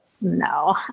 No